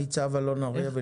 ניצב אלון אריה.